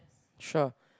shrub